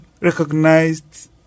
recognized